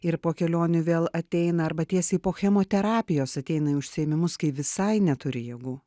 ir po kelionių vėl ateina arba tiesiai po chemoterapijos ateina į užsiėmimus kai visai neturi jėgų